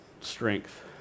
strength